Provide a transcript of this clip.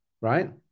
right